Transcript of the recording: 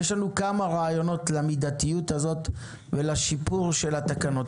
יש לנו כמה רעיונות למידתיות הזו ולשיפור התקנות.